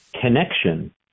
connection